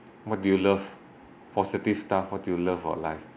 what do you love positive stuff what do you love about life